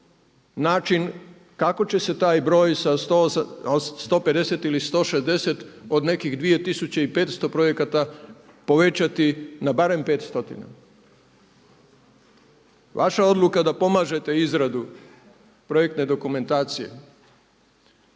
način kako će se taj broj sa 150 ili 160 od nekih 2500 projekata povećati na barem 500. Vaša odluka da pomažete izradu projektne dokumentacije,